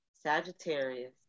Sagittarius